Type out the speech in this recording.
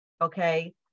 Okay